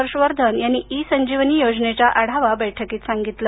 हर्ष वर्धन यांनी ईसंजीवनी योजनेच्या आढावा बैठकीत सांगितलं